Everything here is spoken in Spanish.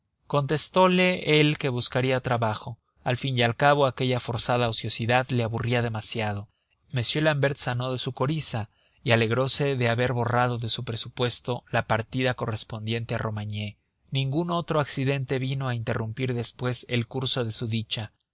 dedicarse contestándole él que buscaría trabajo al fin y al cabo aquella forzada ociosidad le aburría demasiado m l'ambert sanó de su coriza y alegrose de haber borrado de su presupuesto la partida correspondiente a romagné ningún otro accidente vino a interrumpir después el curso de su dicha